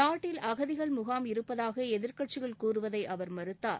நாட்டில் அகதிகள் முகாம் இருப்பதாக எதிர்க்கட்சிகள் கூறுவதை அவர் மறுத்தார்